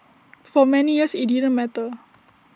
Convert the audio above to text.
for many years IT didn't matter